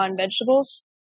vegetables